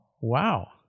Wow